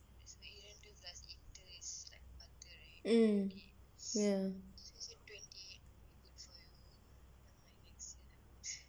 isn't the enthusiastic today's like a twenty weeks